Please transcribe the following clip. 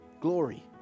glory